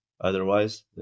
otherwise